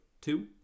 two